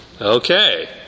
Okay